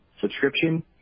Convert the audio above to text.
Subscription